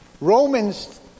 Romans